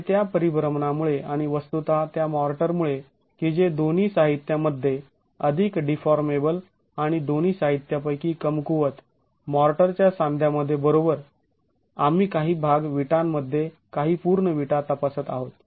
आणि त्या परिभ्रमणामुळे आणि वस्तुतः त्या मोर्टरमुळे की जे दोन्ही साहित्यामध्ये अधिक डीफॉर्मेबल आणि दोन्ही साहित्यापैकी कमकुवत मॉर्टरच्या सांध्यामध्ये बरोबर आम्ही काही भाग विटांमध्ये काही पूर्ण विटा तपासत आहोत